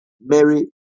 Mary